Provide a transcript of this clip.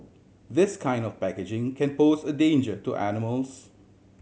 this kind of packaging can pose a danger to animals